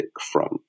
front